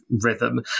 rhythm